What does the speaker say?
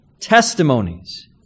testimonies